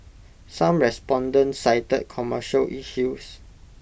some respondents cited commercial issues